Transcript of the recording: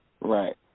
Right